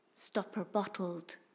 stopper-bottled